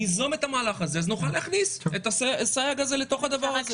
ניזום את המהלך הזה נוכל להכניס את הסייג הזה לתוך הדבר הזה.